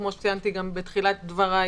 כמו שציינתי גם בתחילת דבריי,